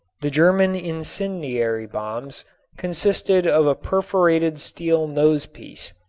the german incendiary bombs consisted of a perforated steel nose-piece,